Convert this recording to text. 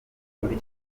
muri